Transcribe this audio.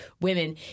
women